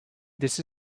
this